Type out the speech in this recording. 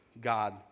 God